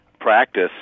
practice